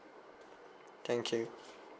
thank you